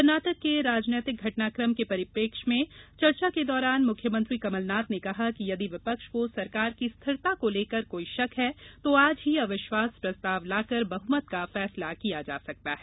कर्नाटक के राजनीतिक घटनाक्रम के परिप्रेक्ष्य में चर्चा के दौरान मुख्यमंत्री कमलनाथ ने कहा कि यदि विपक्ष को सरकार की स्थिरता को लेकर कोई शक है तो आज ही अविश्वास प्रस्ताव लाकर बहुमत का फैसला किया जा सकता है